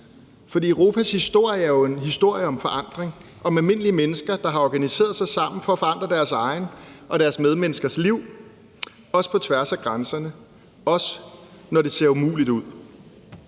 For Europas historie er jo en historie om forandring, om almindelige mennesker, der har organiseret sig sammen for at forandre deres egne og deres medmenneskers liv, også på tværs af grænserne, og når det har set umuligt ud.